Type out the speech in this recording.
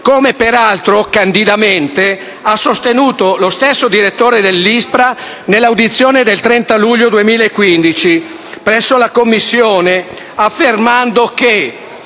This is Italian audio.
come peraltro candidamente ha sostenuto lo stesso direttore dell'ISPRA nell'audizione del 30 luglio 2015 presso la Commissione parlamentare